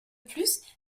plus